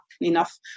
enough